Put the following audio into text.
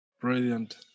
Brilliant